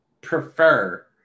prefer